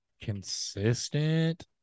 consistent